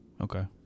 Okay